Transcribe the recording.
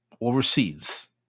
overseas